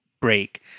break